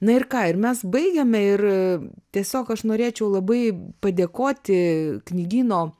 na ir ką ir mes baigiame ir tiesiog aš norėčiau labai padėkoti knygyno